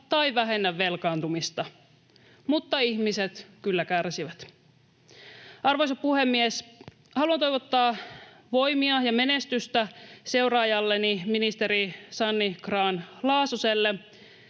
tai vähennä velkaantumista, mutta ihmiset kyllä kärsivät. Arvoisa puhemies! Haluan toivottaa voimia ja menestystä seuraajalleni, ministeri Sanni Grahn-Laasoselle,